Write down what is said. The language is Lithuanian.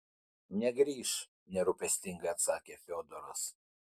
negrįš nerūpestingai atsakė fiodoras